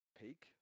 peak